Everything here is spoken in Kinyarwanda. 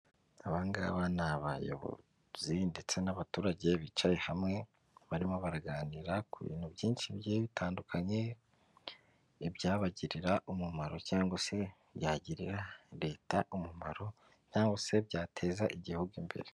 Aba ngaba ni abayobozi ndetse n'abaturage bicaye hamwe, barimo baraganira ku bintu byinshi bigiye bitandukanye, ibyabagirira umumaro cyangwa se byagirira leta umumaro cyangwa se byateza igihugu imbere.